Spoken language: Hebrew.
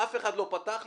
אף אחד לא פתח לי,